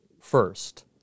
First